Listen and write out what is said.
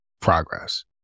progress